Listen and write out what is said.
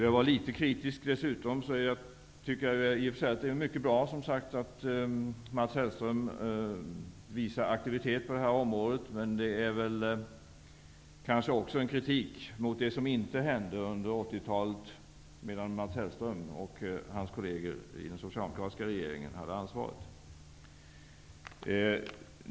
Jag tycker i och för sig att det är mycket bra att Mats Hellström visar aktivitet på det här området, men det är kanske också en kritik mot att ingenting hände under 80-talet när Mats Hellström och hans kolleger i den socialdemokratiska regeringen hade ansvaret.